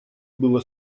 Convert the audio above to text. было